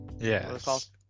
Yes